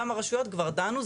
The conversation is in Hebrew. גם הרשויות כבר דנו.